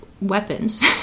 weapons